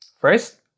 First